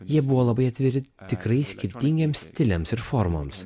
jie buvo labai atviri tikrai skirtingiems stiliams ir formoms